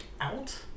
out